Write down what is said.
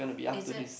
is it